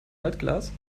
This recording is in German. altglas